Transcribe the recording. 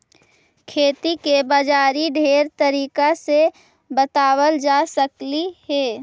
खेती के बाजारी ढेर तरीका से बताबल जा सकलाई हे